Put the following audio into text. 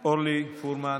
אורלי פרומן,